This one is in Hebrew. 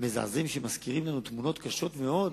מזעזעים שמזכירים לנו תמונות קשות מאוד,